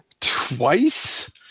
twice